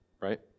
right